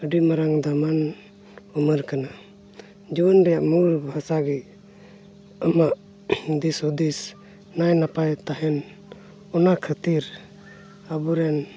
ᱟᱹᱰᱤ ᱢᱟᱨᱟᱝ ᱫᱟᱢᱟᱱ ᱩᱢᱮᱹᱨ ᱠᱟᱱᱟ ᱡᱩᱣᱟᱹᱱ ᱨᱮᱭᱟᱜ ᱢᱩᱞ ᱵᱷᱟᱥᱟ ᱜᱮ ᱟᱢᱟᱜ ᱫᱤᱥ ᱦᱩᱫᱤᱥ ᱱᱟᱭ ᱱᱟᱯᱟᱭ ᱛᱟᱦᱮᱱ ᱚᱱᱟ ᱠᱷᱟᱹᱛᱤᱨ ᱟᱵᱚᱨᱮᱱ